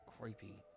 creepy